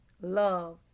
love